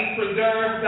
preserve